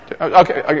Okay